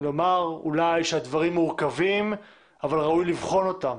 לומר אולי שהדברים מורכבים אבל ראוי לבחון אותם,